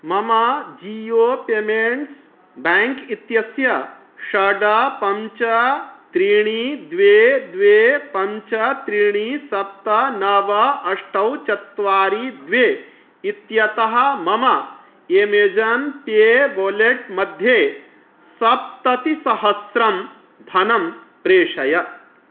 मम Jio payments bank इत्यस्य षड् पञ्च त्रीणि द्वे द्वे पञ्च त्रीणि सप्त नव अष्ट चत्वारि द्वे इत्यतः मम एमेजान् पे वोलेट् मध्ये सप्ततिसहस्रं धनं प्रेषय